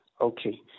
okay